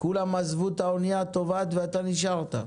כולם עזבו את האונייה הטובעת ואתה נשארת?